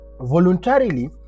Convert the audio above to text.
Voluntarily